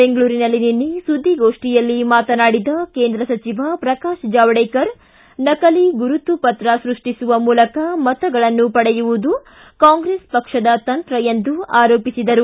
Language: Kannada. ಬೆಂಗಳೂರಿನಲ್ಲಿ ನಿನ್ನೆ ಸುದ್ದಿಗೋಷ್ಠಿಯಲ್ಲಿ ಮಾತನಾಡಿದ ಕೇಂದ್ರ ಸಚಿವ ಪ್ರಕಾಶ್ ಜಾವಡೇಕರ್ ನಕಲಿ ಗುರುತು ಪತ್ರ ಸೃಷ್ಟಿಸುವ ಮೂಲಕ ಮತಗಳನ್ನು ಪಡೆಯುವುದು ಕಾಂಗ್ರೆಸ್ ಪಕ್ಷದ ತಂತ್ರ ಎಂದು ಆರೋಪಿಸಿದರು